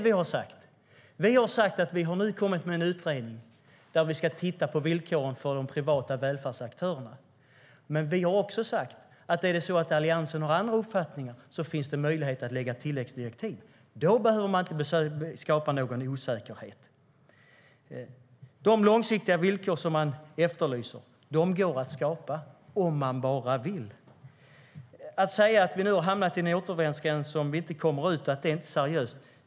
Vi har sagt att vi har tillsatt en utredning som ska titta på villkoren för de privata välfärdsaktörerna. Vi har också sagt att om Alliansen har andra uppfattningar finns det möjlighet att ge tilläggsdirektiv. Då behöver man inte skapa någon osäkerhet. De långsiktiga villkor man efterlyser går att skapa, om man bara vill. Ni säger att vi har hamnat i en återvändsgränd som vi inte kommer ut ur och att det inte är seriöst.